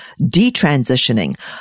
detransitioning